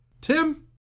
Tim